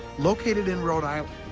located in rhode island,